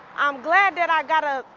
i'm glad that i got up.